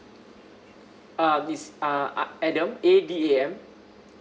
uh is uh a~ adam A D A M